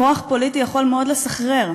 כוח פוליטי יכול מאוד לסחרר,